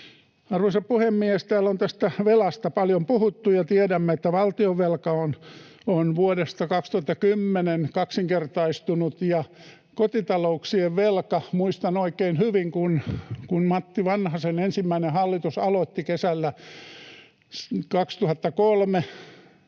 Arvoisa puhemies! Täällä on tästä velasta paljon puhuttu, ja tiedämme, että valtionvelka on vuodesta 2010 kaksinkertaistunut. Kotitalouksien velasta: Muistan oikein hyvin, että kun Matti Vanhasen ensimmäinen hallitus aloitti 19